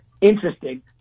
interesting